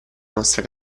nostra